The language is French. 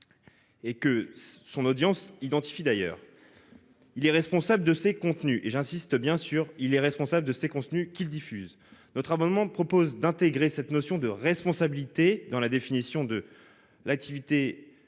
Et que son audience identifie d'ailleurs. Il est responsable de ses contenus et j'insiste bien sûr il est responsable de ses contenus qu'il diffuse notre abonnement propose d'intégrer cette notion de responsabilité dans la définition de l'activité d'influence